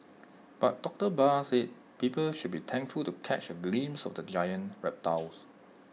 but doctor Barr said people should be thankful to catch A glimpse of the giant reptiles